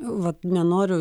vat nenoriu